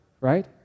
right